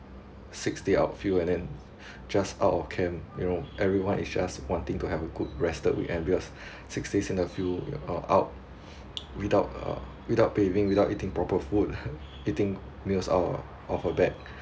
six day outfield and then just out of camp you know everyone is just wanting to have a good rested weekend because six days in the field you know out without uh without bathing without eating proper food eating meals out of a bag